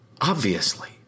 obviously-